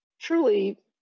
truly